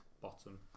bottom